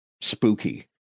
spooky